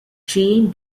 jean